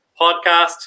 podcast